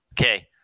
Okay